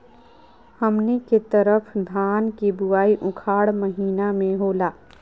हमनी के तरफ धान के बुवाई उखाड़ महीना में होला